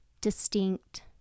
distinct